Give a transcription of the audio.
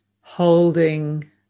holding